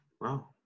Wow